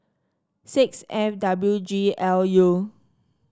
six F W G L U